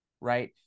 right